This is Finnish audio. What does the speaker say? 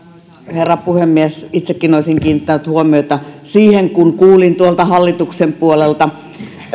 herra puhemies itsekin olisin kiinnittänyt huomiota siihen kun kuulin tuolta hallituksen puolelta